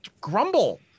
grumble